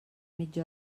mitja